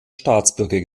staatsbürger